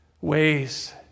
ways